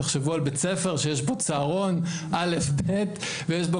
תחשבו על בית ספר שיש בו צהרון א'-ב' ויש בו